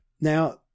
Now